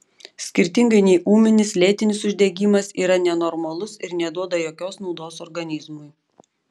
skirtingai nei ūminis lėtinis uždegimas yra nenormalus ir neduoda jokios naudos organizmui